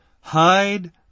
hide